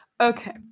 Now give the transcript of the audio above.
Okay